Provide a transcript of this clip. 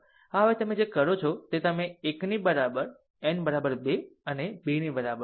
આ હવે તમે જે કરો છો તે તમે 1 ની બરાબર n બરાબર 2 અને 2 ની બરાબર છે